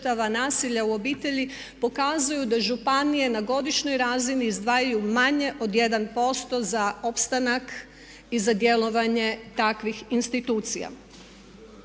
nasilja u obitelji pokazuju da županije na godišnjoj razini izdvajaju manje od 1% za opstanak i za djelovanje takvih institucija.